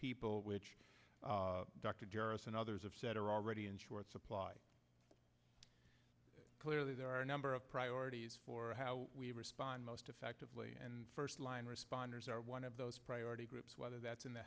people which dr jurist and others have said are already in short supply clearly there are a number of priorities for how we respond most effectively and first line responders are one of those priority groups whether that's in the